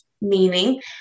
Meaning